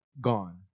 gone